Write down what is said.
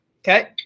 okay